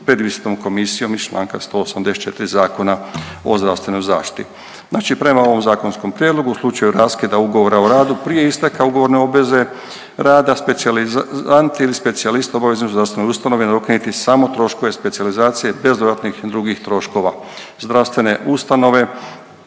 pred ispitnom komisijom iz članka 184. Zakona o zdravstvenoj zaštiti. Znači prema ovom zakonskom prijedlogu u slučaju raskida Ugovora o radu prije isteka ugovorne obveze rada specijalizant ili specijalist u obaveznoj zdravstvenoj ustanovi nadoknaditi samo troškove specijalizacije bez dodatnih drugih troškova. Zdravstvene ustanove